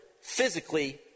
physically